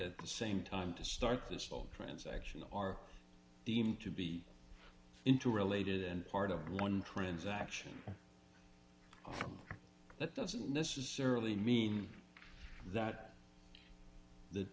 at the same time to start this transaction are deemed to be interrelated and part of one transaction that doesn't necessarily mean that th